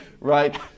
right